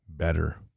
better